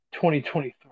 2023